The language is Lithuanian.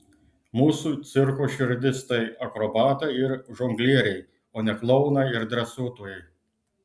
mūsų cirko širdis tai akrobatai ir žonglieriai o ne klounai ir dresuotojai